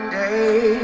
day